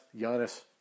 Giannis